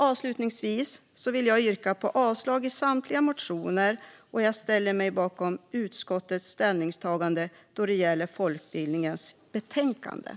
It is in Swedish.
Avslutningsvis yrkar jag avslag på samtliga motioner och bifall till utskottets förslag om folkbildning i betänkandet.